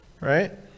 right